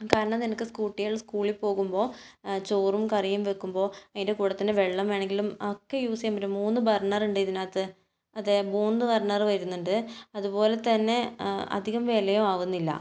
കാരണം നിനക്ക് കുട്ടികൾ സ്കൂളിൽ പോകുമ്പോൾ ചോറും കറിയും വെക്കുമ്പോൾ അതിൻ്റെ കൂടെ തന്നെ വെള്ളം വേണമെങ്കിലും ഒക്കെ യൂസ് ചെയ്യാൻ പറ്റും മൂന്ന് ബർണറുണ്ട് ഇതിനകത്ത് അതെ മൂന്ന് ബർണർ വരുന്നുണ്ട് അത് പോലെ തന്നെ അധികം വിലയും ആകുന്നില്ല